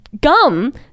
gum